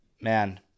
man